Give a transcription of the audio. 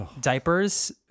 diapers